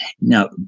Now